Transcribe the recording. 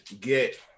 get